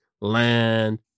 land